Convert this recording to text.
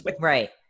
right